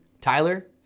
Tyler